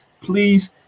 please